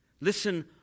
Listen